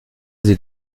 sie